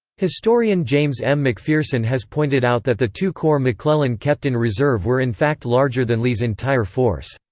historian james m. mcpherson has pointed out that the two corps mcclellan kept in reserve were in fact larger than lee's entire force.